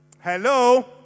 Hello